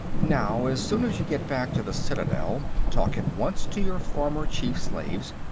now, as soon as you get back to the citadel, talk at once to your former chief-slaves,